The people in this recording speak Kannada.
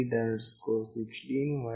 read u16Y